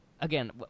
again